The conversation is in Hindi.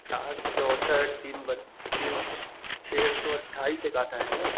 आठ चौंसठ तीन बत्तीस छः एक सौ अट्ठाईस एक आता है ना